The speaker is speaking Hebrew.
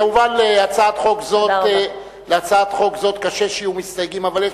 כמובן, להצעת חוק זאת קשה שיהיו מסתייגים, אבל יש